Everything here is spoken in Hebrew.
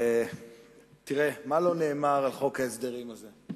מה לא נאמר על חוק ההסדרים הזה?